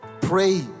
pray